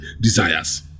desires